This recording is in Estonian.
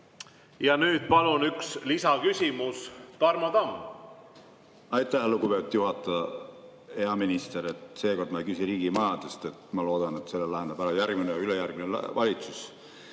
Ja nüüd palun üks lisaküsimus, Tarmo Tamm! Aitäh, lugupeetud juhataja! Hea minister! Seekord ma ei küsi riigimajade kohta. Ma loodan, et selle lahendab ära järgmine ja ülejärgmine valitsus